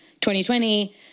2020